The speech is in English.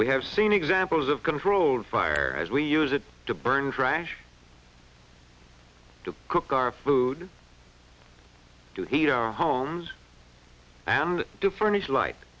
we have seen examples of controlled fire as we use it to burn trash to cook our food to heat our homes and to furnish light